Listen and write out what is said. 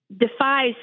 defies